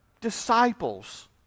disciples